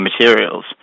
materials